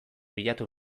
bilatu